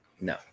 No